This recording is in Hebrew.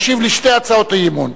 ישיב על שתי הצעות האי-אמון,